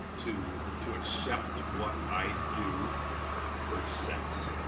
to to accept what i do for sets.